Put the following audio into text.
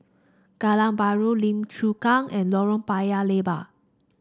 Geylang Bahru Lim Chu Kang and Lorong Paya Lebar